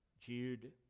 Jude